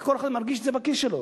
הרי כל אחד מרגיש את זה בכיס שלו.